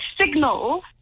signal